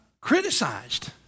criticized